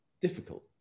difficult